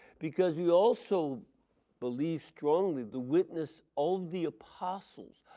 because we also believe strongly the witness of the apostles,